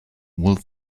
will